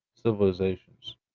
civilizations